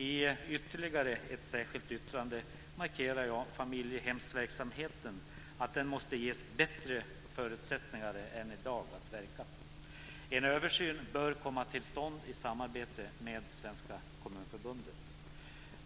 I ytterligare ett särskilt yttrande markerar jag att familjehemsverksamheten måste ges bättre förutsättningar att verka. En översyn bör komma till stånd i samarbete med Svenska kommunförbundet.